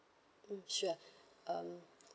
mm sure um